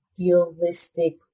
idealistic